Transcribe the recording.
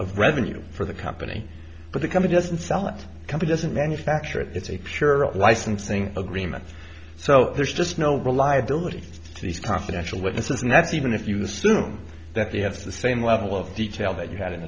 of revenue for the company but the company doesn't sell a company doesn't manufacture it it's a pure of licensing agreements so there's just no reliability to these confidential witnesses and that's even if you assume that they have the same level of detail that you had